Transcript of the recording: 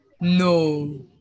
no